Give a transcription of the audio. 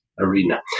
arena